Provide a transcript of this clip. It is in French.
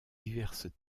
diverses